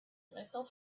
myself